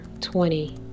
twenty